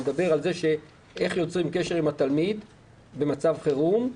מדברים על איך יוצרים קשר עם התלמיד במצב חירום.